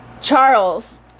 Charles